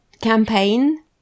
campaign